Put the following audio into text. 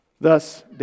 Thus